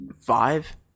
five